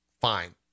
fine